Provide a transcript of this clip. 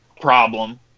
problem